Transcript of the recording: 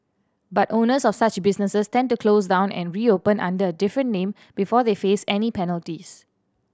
but owners of such businesses tend to close down and reopen under a different name before they face any penalties